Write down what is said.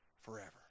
forever